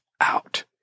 out